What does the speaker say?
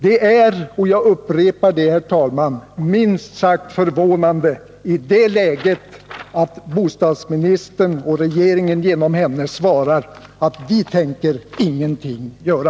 Det är — jag upprepar det, herr talman — minst sagt förvånande i det läget att bostadsministern, och regeringen genom henne, svarar att ”vi tänker ingenting göra”.